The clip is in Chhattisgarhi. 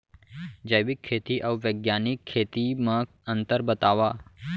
जैविक खेती अऊ बैग्यानिक खेती म अंतर बतावा?